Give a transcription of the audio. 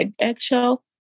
eggshell